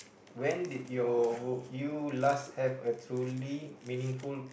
when did your you last have a truly meaningful